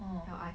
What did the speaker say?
oh